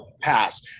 pass